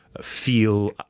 feel